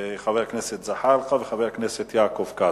ג'מאל זחאלקה ויעקב כץ.